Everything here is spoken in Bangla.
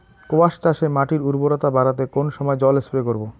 কোয়াস চাষে মাটির উর্বরতা বাড়াতে কোন সময় জল স্প্রে করব?